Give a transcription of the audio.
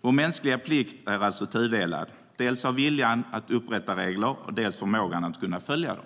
Vår mänskliga plikt är alltså tudelad: att ha dels viljan att upprätta regler, dels förmågan att följa dem.